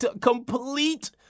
complete